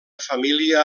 família